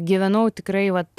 gyvenau tikrai vat